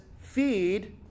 feed